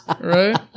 Right